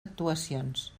actuacions